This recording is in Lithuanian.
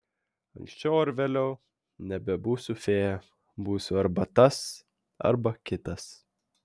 anksčiau ar vėliau nebebūsiu fėja būsiu arba tas arba kitas